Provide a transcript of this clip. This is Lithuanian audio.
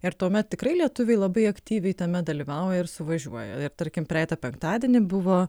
ir tuomet tikrai lietuviai labai aktyviai tame dalyvauja ir suvažiuoja ir tarkim praeitą penktadienį buvo